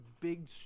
big